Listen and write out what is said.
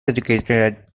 educated